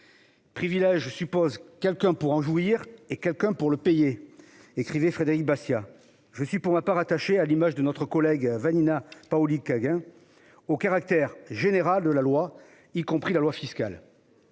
« Privilège suppose quelqu'un pour en jouir et quelqu'un pour le payer », écrivait Frédéric Bastiat. Je suis, pour ma part, à l'image de ma collègue Vanina Paoli-Gagin, attaché au caractère universel de la loi, y compris la loi fiscale.